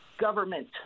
government